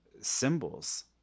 symbols